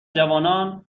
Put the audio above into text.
جوانان